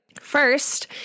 First